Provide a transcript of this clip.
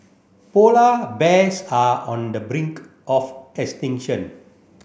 polar bears are on the brink of extinction